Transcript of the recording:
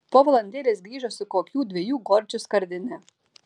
po valandėlės grįžo su kokių dviejų gorčių skardine